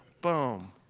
boom